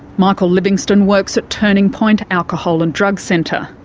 michael livingstone works at turning point alcohol and drug centre,